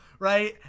Right